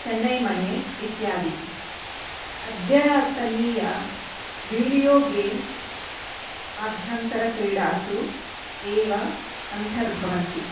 चेन्नैमणे इत्यादि अद्यतनीय video games आभ्यन्तरक्रीडासु एव अन्तर्भवन्ति